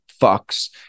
fucks